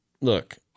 look